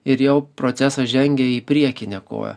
ir jau procesas žengė į priekinę koją